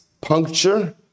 puncture